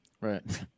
Right